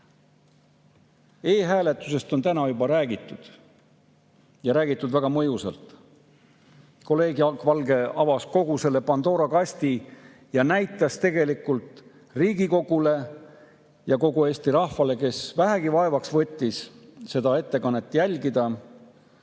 E‑hääletusest on täna juba räägitud ja räägitud väga mõjusalt. Kolleeg Jaak Valge avas selle Pandora kasti ja näitas tegelikult Riigikogule ja kogu Eesti rahvale, neile, kes vähegi vaevaks võtsid seda ettekannet jälgida,